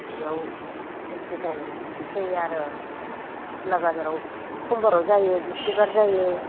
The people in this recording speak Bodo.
बेयाव बिख्रि जायो फै आरो सिमला बााजाराव समबाराव जायो बिस्टिबार जायो